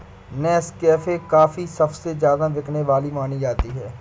Nescafe coffee सबसे ज्यादा बिकने वाली मानी जाती है